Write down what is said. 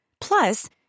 Plus